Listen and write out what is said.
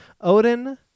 Odin